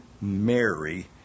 Mary